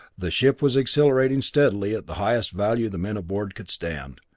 the ship was accelerating steadily at the highest value the men aboard could stand.